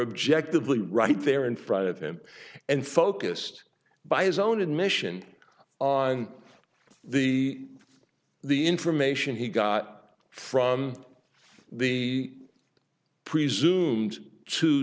objected lee right there in front of him and focused by his own admission on the the information he got from the presumed two